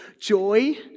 joy